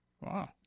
Wow